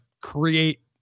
create